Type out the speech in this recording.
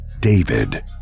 David